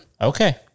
Okay